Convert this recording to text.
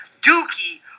dookie